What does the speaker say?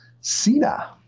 Sina